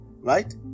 right